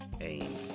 aim